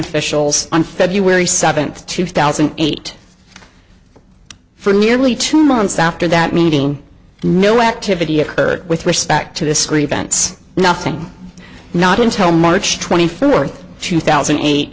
officials on february seventh two thousand and eight for nearly two months after that meeting no activity occurred with respect to this grievance nothing not until march twenty fourth two thousand and eight